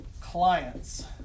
clients